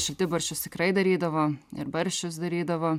šaltibarščius tikrai darydavo ir barščius darydavo